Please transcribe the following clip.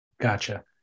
Gotcha